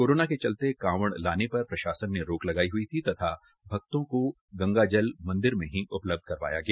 corona के चलते कावड़ लाने पर प्रशासन ने रोक लगाई हई थी तथा भक्तों को गंगाजल मंदिर में ही उपलब्ध करवाया गया